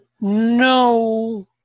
no